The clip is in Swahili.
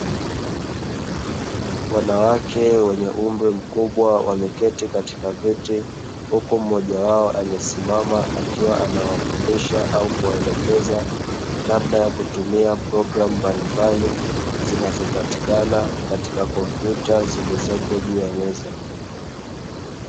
Wanawake wenye umri mkubwa wameketi katika viti, huku mmoja wao amesimama akiwa anawafundisha au kuwaelekeza; namna ya kutumia programu mbalimbali zinazopatikana katika kompyuta zilizopo juu ya meza.